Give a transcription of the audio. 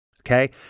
okay